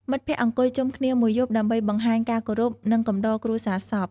មិត្តភ័ក្តិអង្គុយជុំគ្នាមួយយប់ដើម្បីបង្ហាញការគោរព និងកំដរគ្រួសារសព។